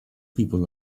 people